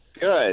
Good